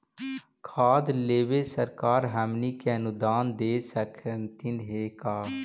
खाद लेबे सरकार हमनी के अनुदान दे सकखिन हे का?